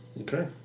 Okay